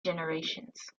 generations